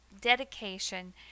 dedication